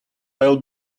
will